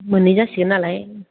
मोननै जासिगोन नालाय